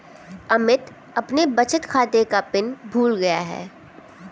अमित अपने बचत खाते का पिन भूल गया है